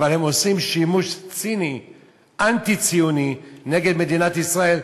אבל הם עושים שימוש ציני אנטי-ציוני נגד מדינת ישראל,